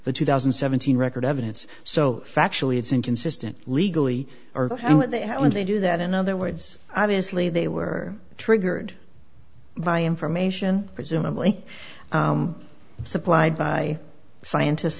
the two thousand and seventeen record evidence so factually it's inconsistent legally are they when they do that in other words obviously they were triggered by information presumably supplied by scientist